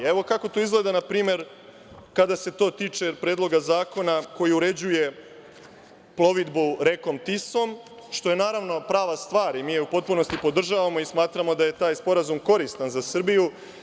Evo kako to izgleda, na primer, kada se to tiče predloga zakona koji uređuje plovidbu rekom Tisom, što je, naravno, prava stvar i mi je u potpunosti podržavamo i smatramo da je taj sporazum koristan za Srbiju.